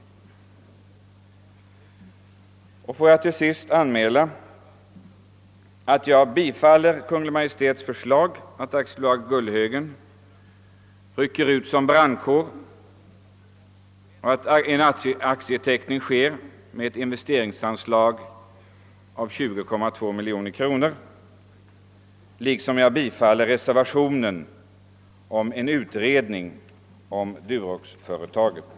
Låt mig till sist yrka bifall till Kungl. Maj:ts förslag att AB Gullhögens Bruk rycker ut som brandkår och att ett investeringsanslag på 20,2 miljoner kronor anvisas för aktieteckning. Jag yrkar också bifall till reservationen om en utredning om Duroxföretaget.